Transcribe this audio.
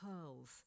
pearls